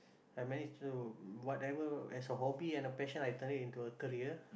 I managed to whatever as a hobby and a passion I turn it into a career